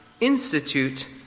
institute